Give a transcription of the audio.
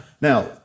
Now